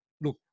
look